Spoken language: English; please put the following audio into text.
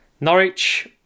Norwich